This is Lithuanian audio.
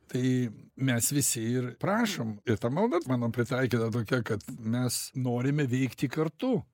tai mes visi ir prašom ir ta malda mano pritaikyta tokia kad mes norime veikti kartu